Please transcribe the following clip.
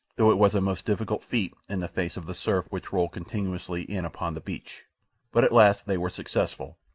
though it was a most difficult feat in the face of the surf which rolled continuously in upon the beach but at last they were successful,